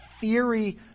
theory